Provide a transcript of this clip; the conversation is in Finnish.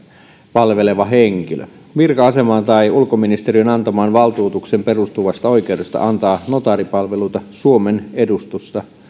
palveleva henkilö virka asemaan tai ulkoministeriön antamaan valtuutukseen perustuvasta oikeudesta antaa notaaripalveluita suomen edustustoissa